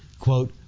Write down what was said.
Quote